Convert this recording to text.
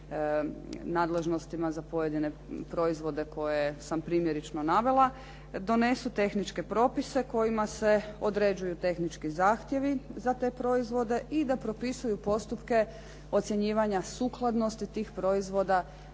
nadležnostima za pojedine proizvode koje sam primjerično navela, donesu tehničke propise kojima se određuju tehnički zahtjevi za te proizvode i da propisuju postupke ocjenjivanja sukladnosti tih proizvoda